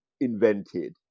invented